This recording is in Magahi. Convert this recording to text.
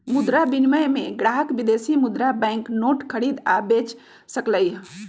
मुद्रा विनिमय में ग्राहक विदेशी मुद्रा बैंक नोट खरीद आ बेच सकलई ह